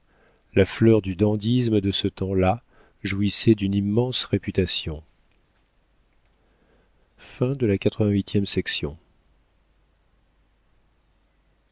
la fleur du dandysme de ce temps-là jouissait d'une immense réputation